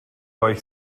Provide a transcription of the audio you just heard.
euch